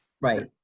Right